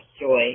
joy